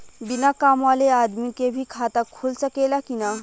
बिना काम वाले आदमी के भी खाता खुल सकेला की ना?